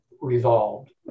resolved